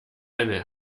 eine